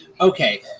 Okay